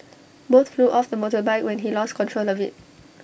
both flew off the motorbike when he lost control of IT